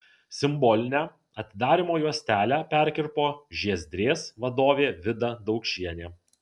simbolinę atidarymo juostelę perkirpo žiezdrės vadovė vida daukšienė